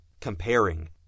comparing